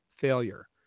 failure